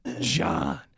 John